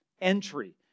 entry